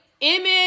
Image